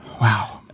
Wow